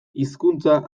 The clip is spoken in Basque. hizkuntza